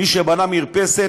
מי שבנה מרפסת,